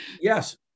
yes